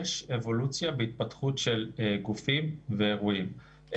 יש אבולוציה בהתפתחות של גופים ואירועים.